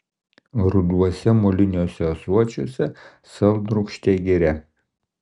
ruduose moliniuose ąsočiuose saldrūgštė gira